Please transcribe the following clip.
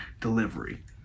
delivery